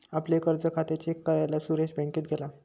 आपले कर्ज खाते चेक करायला सुरेश बँकेत गेला